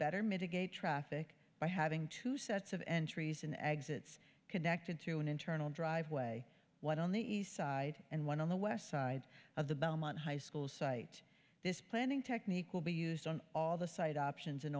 better mitigate traffic by having two sets of entries and exits connected to an internal driveway one on the east side and one on the west side of the belmont high school site this planning technique will be used on all the site options in